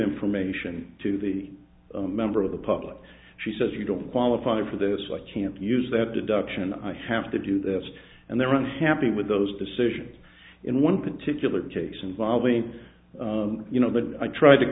information to the member of the public she says you don't qualify for this i can't use that deduction i have to do this and they're unhappy with those decisions in one particular case involving you know but i tried to